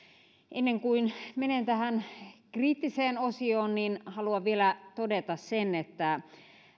ennen kuin menen tähän kriittiseen osioon niin haluan vielä todeta sen että